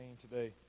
today